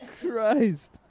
Christ